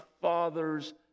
father's